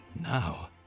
now